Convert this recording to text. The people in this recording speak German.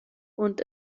und